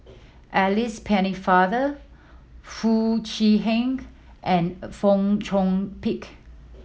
Alice Pennefather Foo Chee Han and Fong Chong Pik